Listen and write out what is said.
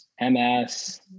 MS